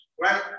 Right